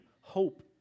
hope